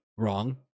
Wrong